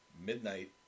Midnight